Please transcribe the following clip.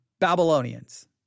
babylonians